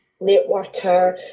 networker